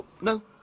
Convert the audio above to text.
No